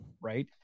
Right